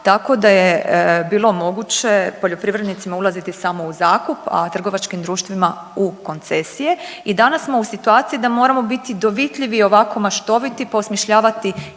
tako da je bilo moguće poljoprivrednicima ulaziti samo u zakup, a trgovačkim društvima u koncesije. I danas smo u situaciji da moramo biti dovitljivi i ovako maštoviti pa osmišljavati